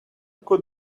could